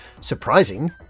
Surprising